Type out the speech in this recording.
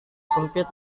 sempit